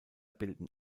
bilden